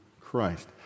Christ